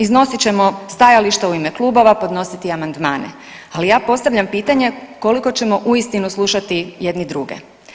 Iznosit ćemo stajališta u ime klubova, podnositi amandmane, ali ja postavljam pitanje koliko ćemo uistinu slušati jedni druge.